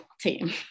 team